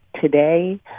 today